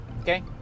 okay